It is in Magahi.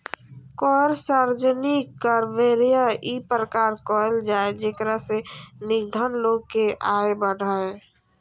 कर सार्वजनिक व्यय इ प्रकार कयल जाय जेकरा से निर्धन लोग के आय बढ़य